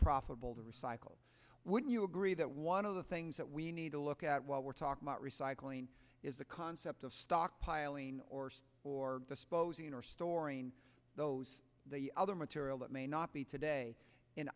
profitable to recycle wouldn't you agree that one of the things that we need to look at while we're talking about recycling is the concept of stockpiling or disposing or storing those other material that may not be today in